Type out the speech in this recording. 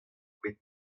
bet